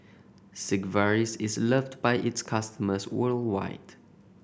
Sigvaris is loved by its customers worldwide